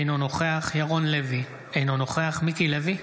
אינו נוכח ירון לוי, אינו נוכח מיקי לוי,